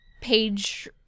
page